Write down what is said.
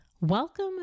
Welcome